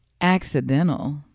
accidental